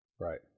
Right